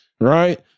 right